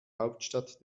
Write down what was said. hauptstadt